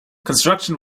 construction